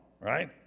right